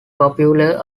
popular